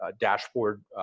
dashboard